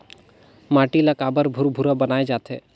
माटी ला काबर भुरभुरा बनाय जाथे?